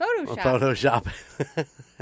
Photoshop